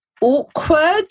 awkward